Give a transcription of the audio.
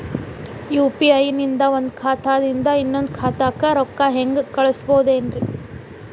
UPI ನಿಂದ ಒಂದ್ ಖಾತಾದಿಂದ ಇನ್ನೊಂದು ಖಾತಾಕ್ಕ ರೊಕ್ಕ ಹೆಂಗ್ ಕಳಸ್ಬೋದೇನ್ರಿ?